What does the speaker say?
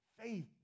faith